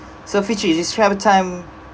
so fitri describe a time